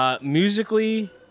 Musically